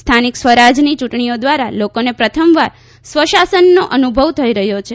સ્થાનિક સ્વરાજની ચૂંટણીઓ દ્વારા લોકોને પ્રથમવાર સ્વશાનનો અનુભવ થઇ રહ્યો છે